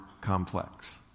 complex